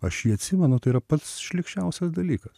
aš jį atsimenu tai yra pats šlykščiausias dalykas